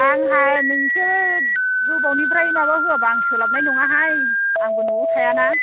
आंहा नोंसोर गोबावनिफ्राय माबा होआबा आं सोलाबनाय नङाहाय आंबो न'आव थायाना